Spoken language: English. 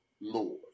Lord